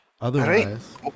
Otherwise